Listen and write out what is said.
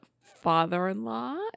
father-in-law